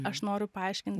aš noriu paaiškint